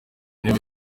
ntebe